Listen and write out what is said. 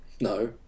No